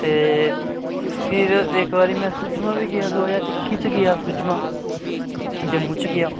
ते फिर इक बारी में सुजमा बी गेआ दो ज्हार इक्की च गेआ सुजमा जम्मू च गेआ